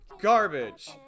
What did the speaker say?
Garbage